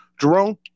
Jerome